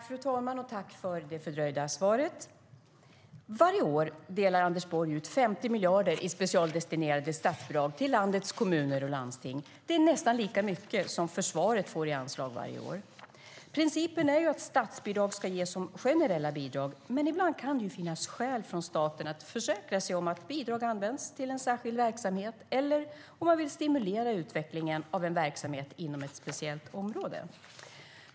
Fru talman! Tack för det fördröjda svaret! Varje år delar Anders Borg ut 50 miljarder i specialdestinerade statsbidrag till landets kommuner och landsting. Det är nästan lika mycket som försvaret får i anslag årligen. Principen är att statsbidrag ska ges som generella bidrag, men ibland kan det finnas skäl för staten att försäkra sig om att bidrag används till en särskild verksamhet eller när man vill stimulera utvecklingen av en verksamhet inom ett speciellt område.